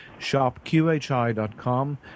shopqhi.com